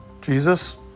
Jesus